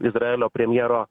izraelio premjero